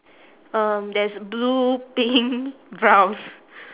um there's blue pink brown